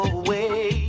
away